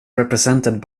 represented